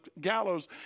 gallows